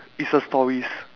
is uh stories